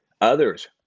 Others